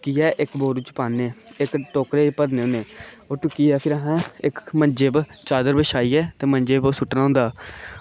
टुक्कियै इक्क बोरू च पाने इस टोकरै ई भरने होने ते ओह् टुक्कियै असें ओह् इक्क मंजे उप्पर चादर पाइयै ते मंजे उप्पर ओह् सुट्टना होंदा